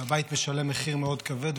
והבית משלם מחיר מאוד כבד,